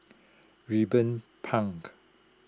Ruben Pang